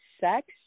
sex